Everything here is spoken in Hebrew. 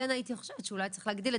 כן הייתי חושבת שאולי צריך להגדיל את